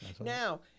now